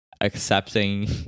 accepting